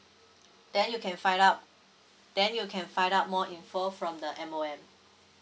then you can find out then you can find out more info from the M_O_M